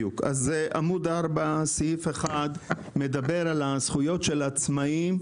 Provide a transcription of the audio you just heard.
סעיף 1 בעמוד 4 מדבר על זכויות העצמאיים,